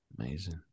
amazing